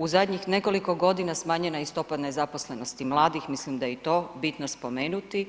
U zadnjih nekoliko godina smanjena je i stopa nezaposlenosti mladih, mislim da je i to bitno spomenuti,